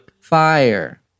fire